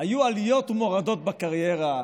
היו עליות ומורדות בקריירה,